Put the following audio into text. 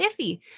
iffy